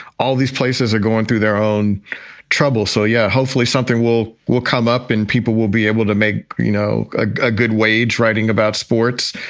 all these places are going through their own trouble. so, yeah, hopefully something will will come up and people will be able to make, you know, a good wage writing about sports,